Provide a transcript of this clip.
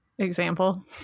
Example